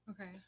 okay